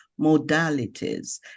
modalities